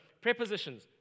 prepositions